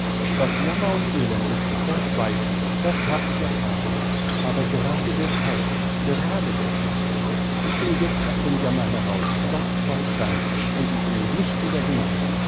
was jammer und elend ist das weiß ich das hab ich erfahren aber gerade deßhalb gerade deßhalb ich bin jetzt aus dem jammer heraus gott sei dank und ich will nicht wieder hinein